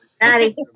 Maddie